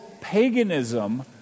paganism